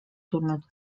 tulnud